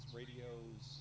radios